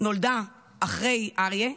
נולדה אחרי אריה,